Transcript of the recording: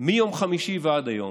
מיום חמישי ועד היום.